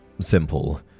Simple